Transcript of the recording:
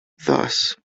thus